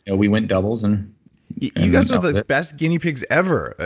and we went doubles and you guys are the best guinea pigs ever. ah